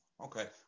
Okay